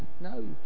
No